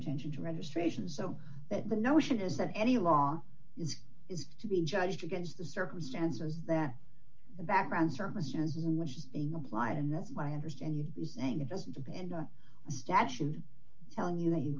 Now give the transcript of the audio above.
attention to registration so that the notion is that any law is to be judged against the circumstances that the background circumstances in which being applied and that's why i understand you'd be saying it doesn't depend on a statute telling you that you